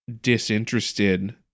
disinterested